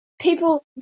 people